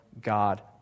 God